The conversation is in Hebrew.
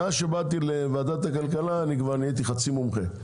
מאז שבאתי לוועדת הכלכלה אני כבר נהייתי חצי מומחה.